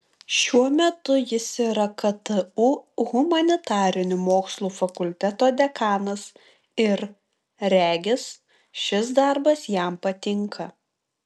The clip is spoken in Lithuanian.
šiuo metu jis yra ktu humanitarinių mokslų fakulteto dekanas ir regis šis darbas jam patinka